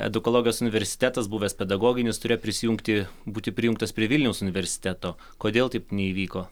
edukologijos universitetas buvęs pedagoginius turėjo prisijungti būti prijungtas prie vilniaus universiteto kodėl taip neįvyko